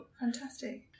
Fantastic